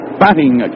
batting